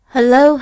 Hello